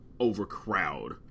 overcrowd